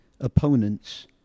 opponents